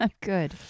good